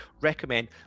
recommend